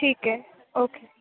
ٹھیک ہے اوکے